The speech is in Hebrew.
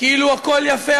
כאילו הכול יפה,